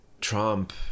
Trump